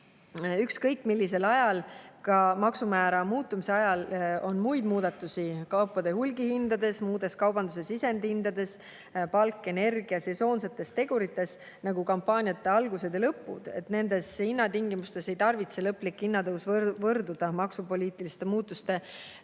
Ükskõik millisel ajal, ka maksumäära muutumise ajal, on muid muudatusi kaupade hulgihindades ja muudes kaubanduse sisendhindades: palk, energia, sesoonsed tegurid, nagu kampaaniate algused ja lõpud. Nendes tingimustes ei tarvitse lõplik hinnatõus võrduda maksupoliitiliste muutuste